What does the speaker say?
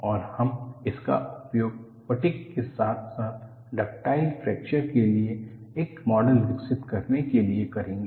और हम इसका उपयोग फटीग के साथ साथ डक्टाइल फ्रैक्चर के लिए एक मॉडल विकसित करने के लिए करेंगे